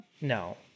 no